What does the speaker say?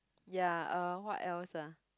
ya uh what else ah